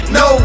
no